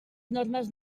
normes